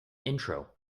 intro